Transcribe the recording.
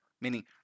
meaning